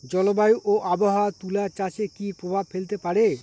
জলবায়ু ও আবহাওয়া তুলা চাষে কি প্রভাব ফেলতে পারে?